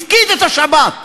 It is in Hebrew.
הפקיד את השבת.